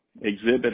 exhibit